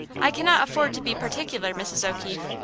i cannot afford to be particular, mrs. o'keefe.